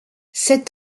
cet